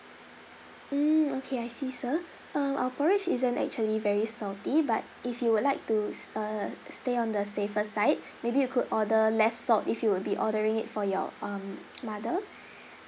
mm okay I see sir um our porridge isn't actually very salty but if you would like to s~ uh stay on the safer side maybe you could order less salt if you will be ordering it for your um mother